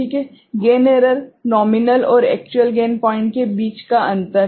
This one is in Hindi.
गेन एरर नोमीनल और एक्चुअल गेन पॉइंट के बीच का अंतर है